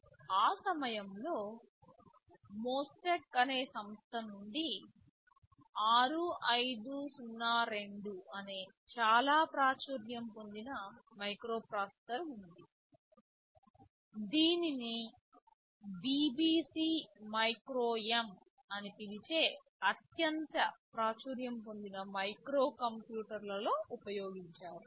ఆ సమయంలో మోస్టెక్ అనే సంస్థ నుండి 6502 అనే చాలా ప్రాచుర్యం పొందిన మైక్రోప్రాసెసర్ ఉంది దీనిని BBC microM అని పిలిచే అత్యంత ప్రాచుర్యం పొందిన మైక్రోకంప్యూటర్లలో ఉపయోగించారు